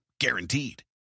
Guaranteed